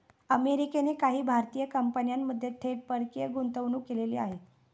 अमेरिकेने काही भारतीय कंपन्यांमध्ये थेट परकीय गुंतवणूक केलेली आहे